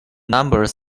numbers